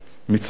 מצרים,